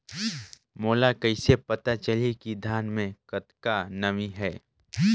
मोला कइसे पता चलही की धान मे कतका नमी हे?